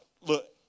look